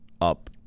up